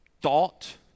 thought